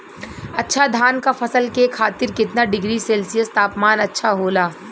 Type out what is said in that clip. अच्छा धान क फसल के खातीर कितना डिग्री सेल्सीयस तापमान अच्छा होला?